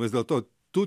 vis dėl to tų